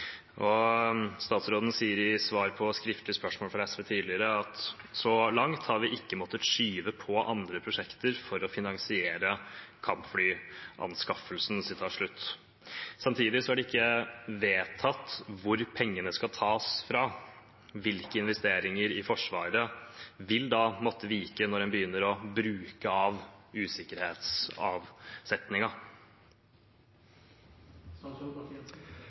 Statsråden sier i svar på skriftlig spørsmål fra SV at «Så langt har vi ikke måttet skyve på andre prosjekter for å finansiere kampflyanskaffelsen». Samtidig er det ikke vedtatt hvor pengene skal tas fra. Hvilke investeringer i Forsvaret vil måtte vike når en må begynne å bruke av